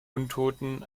untoten